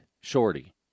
Shorty